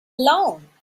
loan